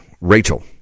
Rachel